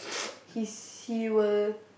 he's he will